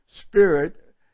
Spirit